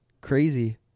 Crazy